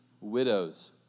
widows